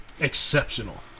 exceptional